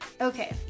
okay